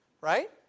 right